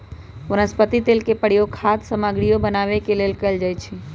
वनस्पति तेल के प्रयोग खाद्य सामगरियो बनावे के लेल कैल जाई छई